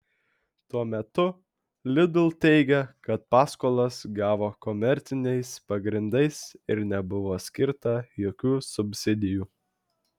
tuo metu lidl teigia kad paskolas gavo komerciniais pagrindais ir nebuvo skirta jokių subsidijų